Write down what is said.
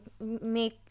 make